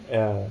ya